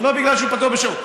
לא בגלל שהוא פתוח בשבת,